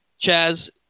Chaz